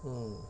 mm